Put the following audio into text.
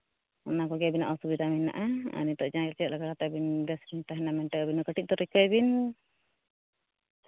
ᱚᱱᱟ ᱠᱚᱜᱮ ᱟᱹᱵᱤᱱᱟᱜ ᱚᱥᱩᱵᱤᱫᱟ ᱢᱮᱱᱟᱜᱼᱟ ᱟᱨ ᱱᱤᱛᱳᱜ ᱪᱮᱫᱞᱮᱠᱟ ᱠᱟᱛᱮ ᱵᱤᱱ ᱵᱮᱥ ᱵᱤᱱ ᱛᱟᱦᱮᱱᱟ ᱢᱮᱱᱛᱮ ᱠᱟᱹᱴᱤᱡ ᱫᱚ ᱨᱤᱠᱟᱹᱭ ᱵᱤᱱ